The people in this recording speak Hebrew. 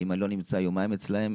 אם אני לא נמצא יומיים אצלם,